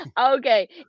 okay